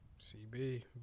CB